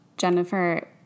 Jennifer